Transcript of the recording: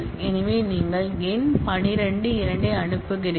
எனவே நீங்கள் எண் 12 2 ஐ அனுப்புகிறீர்கள்